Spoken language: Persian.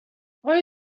آیا